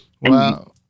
Wow